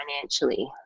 financially